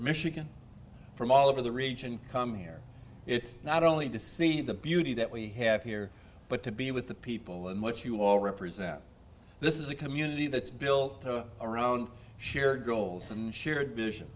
michigan from all over the region come here it's not only to see the beauty that we have here but to be with the people and what you all represent this is a community that's built around shared goals and shared vision